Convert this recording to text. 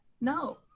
No